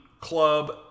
club